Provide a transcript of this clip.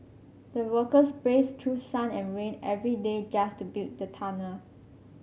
the workers braved through sun and rain every day just to build the tunnel